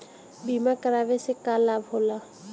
बीमा करावे से का लाभ होला?